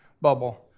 bubble